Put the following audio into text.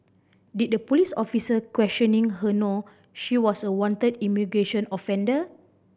did the police officer questioning her know she was a wanted immigration offender